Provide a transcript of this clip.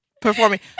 performing